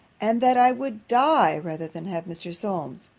and that i would die rather than have mr. solmes,